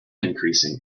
increasing